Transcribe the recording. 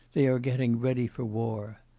they are getting ready for war.